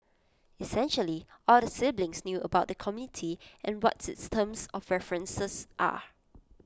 essentially all the siblings knew about the committee and what its terms of references are